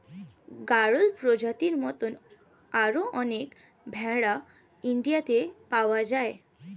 গাড়ল প্রজাতির মত আরো অনেক ভেড়া ইন্ডিয়াতে পাওয়া যায়